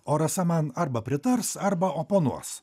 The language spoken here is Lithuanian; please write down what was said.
o rasa man arba pritars arba oponuos